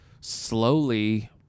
slowly